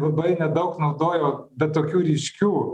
labai daug naudojo bet tokių ryškių